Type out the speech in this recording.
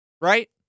Right